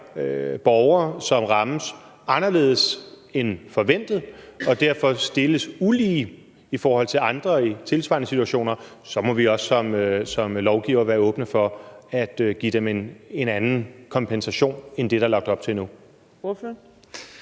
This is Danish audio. borgere, som rammes anderledes end forventet, og som derfor stilles ulige i forhold til andre i tilsvarende situationer, så må vi også som lovgivere være åbne over for at give dem en anden kompensation end det, der er lagt op til nu.